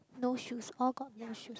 no shoes all got no shoes